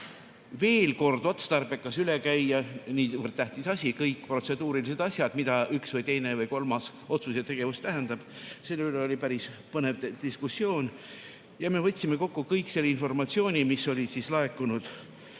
veel kord otstarbekas üle käia niivõrd tähtis asi nagu kõik protseduurilised asjad, mida üks või teine või kolmas otsus või tegevus tähendab ja selle üle oli päris põnev diskussioon. Me võtsime kokku kogu informatsiooni, mis oli laekunud